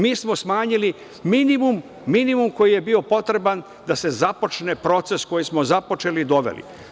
Mi smo smanjili minimum, minimum koji je bio potreban da se započne proces koji smo započeli i doveli.